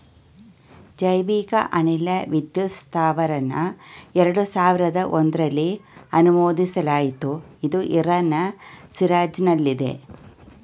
ಜೈವಿಕ ಅನಿಲ ವಿದ್ಯುತ್ ಸ್ತಾವರನ ಎರಡು ಸಾವಿರ್ದ ಒಂಧ್ರಲ್ಲಿ ಅನುಮೋದಿಸಲಾಯ್ತು ಇದು ಇರಾನ್ನ ಶಿರಾಜ್ನಲ್ಲಿದೆ